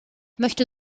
möchte